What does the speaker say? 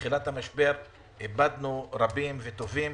שמתחילת המשבר איבדנו רבים וטובים